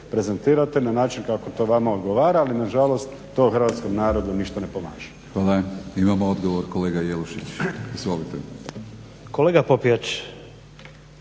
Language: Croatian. prezentirate na način kako to vama odgovara, ali nažalost to hrvatskom narodu ništa ne pomaže. **Batinić, Milorad (HNS)** Hvala. Imamo odgovor, kolega Jelušić. Izvolite. **Jelušić,